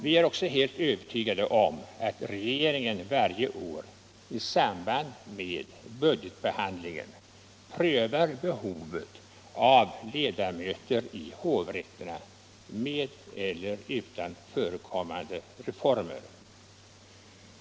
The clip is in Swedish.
Vi är också helt övertygade om att regeringen varje år i samband med budgetbehandlingen prövar behovet av ledamöter i hovrätterna med eller utan mellankommande reformer.